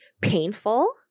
painful